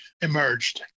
emerged